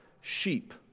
sheep